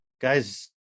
guys